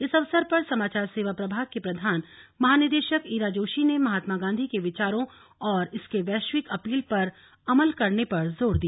इस अवसर पर समाचार सेवा प्रभाग की प्रधान महानिदेशक ईरा जोशी ने महात्मा गांधी के विचारों और इसके वैश्विक अपील पर अमल करने पर जोर दिया